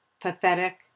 pathetic